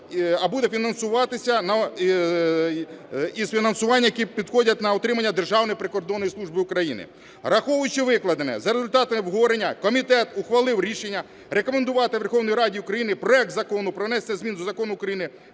а буде фінансуватися із фінансування, яке надходить на утримання Державної прикордонної служби України. Враховуючи викладене, за результатами обговорення комітет ухвалив рішення рекомендувати Верховній Раді України проект Закону про внесення змін до Закону України